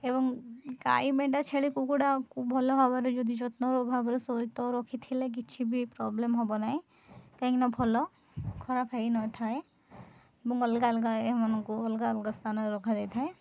ଏବଂ ଗାଈ ମେଣ୍ଟା ଛେଳି କୁକୁଡ଼ାକୁ ଭଲ ଭାବରେ ଯଦି ଯତ୍ନର ଭାବରେ ସହିତ ରଖିଥିଲେ କିଛି ବି ପ୍ରୋବ୍ଲେମ୍ ହବ ନାହିଁ କାହିଁକିନା ଭଲ ଖରାପ ହେଇ ନଥାଏ ଏବଂ ଅଲଗା ଅଲଗା ଏମାନଙ୍କୁ ଅଲଗା ଅଲଗା ସ୍ଥାନରେ ରଖାଯାଇଥାଏ